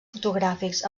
fotogràfics